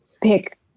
pick